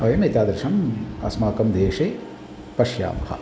वयम् एतादृशम् अस्माकं देशे पश्यामः